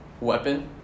Weapon